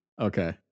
Okay